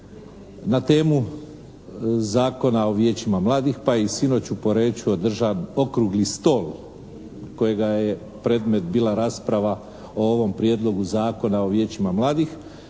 na temu Zakona o vijećima mladih, pa je i sinoć u Poreču održan okrugli stol kojega je predmet bila rasprava o ovom Prijedlogu zakona o vijećima mladih